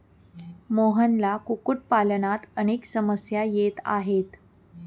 मोहनला कुक्कुटपालनात अनेक समस्या येत आहेत